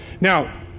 Now